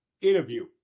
interview